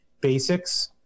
basics